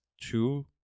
two